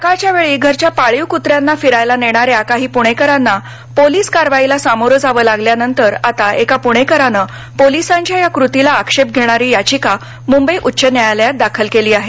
सकाळच्या वेळी घरच्या पाळीव कुत्र्यांना फिरायला बाहेर नेणाऱ्या काही पुणेकरांना पोलीस कारवाईला सामोरं जावं लागल्यानंतर आता एका पुणेकरानेच पोलिसांच्या या कृतीला आक्षेप घेणारी याचिका मुंबई उच्च न्यायालयात दाखल केली आहे